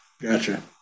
Gotcha